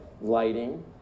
lighting